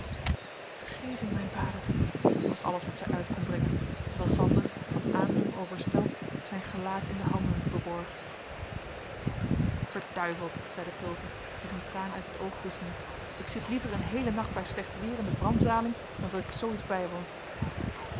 vergeving mijn vader was alles wat zij uit kon brengen terwijl sander van aandoening overstelpt zijn gelaat in de handen verborg verduiveld zeide pulver zich een traan uit het oog wisschende ik zit liever een heelen nacht bij slecht weer in de bramzaling dan dat ik zoo iets bijwoon